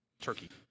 Turkey